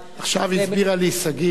עכשיו הסבירה לי שגית,